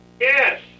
Yes